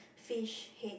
fish head